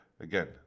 Again